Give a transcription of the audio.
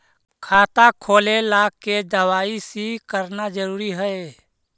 खाता खोले ला के दवाई सी करना जरूरी है?